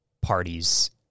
parties